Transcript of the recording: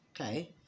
okay